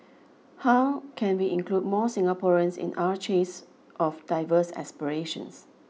how can we include more Singaporeans in our chase of diverse aspirations